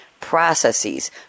processes